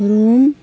Rome